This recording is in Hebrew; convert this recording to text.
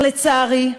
אך לצערי,